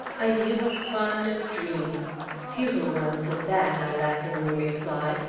a youth fond of dreams futile ones, at that, i laughingly reply.